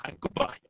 Goodbye